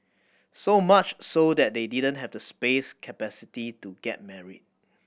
so much so that they didn't have the space capacity to get married